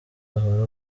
ahora